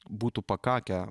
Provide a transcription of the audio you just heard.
būtų pakakę